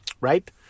Right